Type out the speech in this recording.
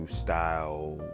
style